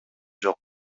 жок